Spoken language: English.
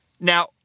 Now